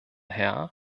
herr